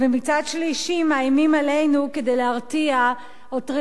ומצד שלישי מאיימים עלינו כדי להרתיע עותרים